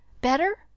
better